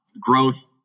growth